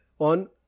On